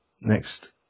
Next